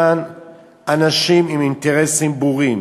יש כאן אנשים עם אינטרסים ברורים